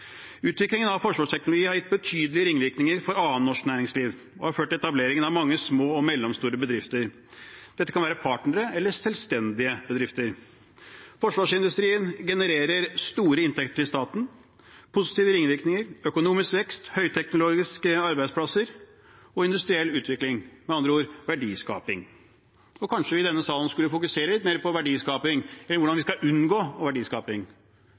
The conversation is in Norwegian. Utviklingen av forsvarsteknologi har gitt betydelige ringvirkninger for annet norsk næringsliv og har ført til etableringen av mange små og mellomstore bedrifter. Dette kan være partnere eller selvstendige bedrifter. Forsvarsindustrien genererer store inntekter til staten, positive ringvirkninger, økonomisk vekst, høyteknologiske arbeidsplasser og industriell utvikling – med andre ord: verdiskaping. Kanskje vi i denne salen skulle fokusert litt mer på verdiskaping enn på hvordan vi skal unngå verdiskaping,